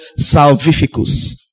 salvificus